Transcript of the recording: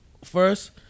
First